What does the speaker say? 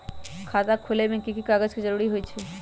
खाता खोले में कि की कागज के जरूरी होई छइ?